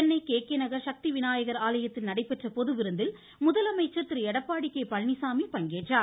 Chennai K K Nagar Sakthi Vinayagar ஆலயத்தில் நடைபெற்ற பொது விருந்தில் முதலமைச்சர் திரு எடப்பாடி கே பழனிச்சாமி பங்கேற்றார்